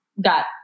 got